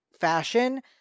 fashion